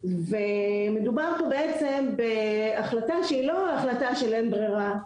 מדובר פה בעצם בהחלטה שהיא לא החלטה של אין ברירה,